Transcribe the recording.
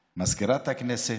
הזמן.